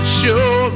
show